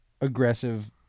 aggressive